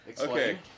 Okay